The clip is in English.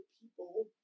people